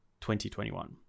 2021